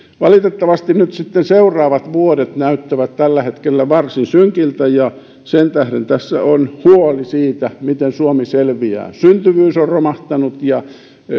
valitettavasti nyt sitten seuraavat vuodet näyttävät tällä hetkellä varsin synkiltä ja sen tähden tässä on huoli siitä miten suomi selviää syntyvyys on romahtanut ja